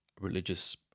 religious